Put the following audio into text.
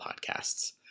podcasts